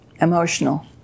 emotional